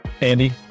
Andy